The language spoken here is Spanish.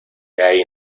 hay